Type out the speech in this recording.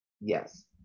Yes